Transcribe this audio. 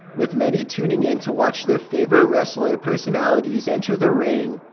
with many tuning in to watch their favourite wrestler personalities enter the ring.